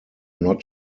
not